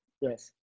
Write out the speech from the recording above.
Yes